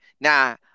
Now